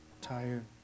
tired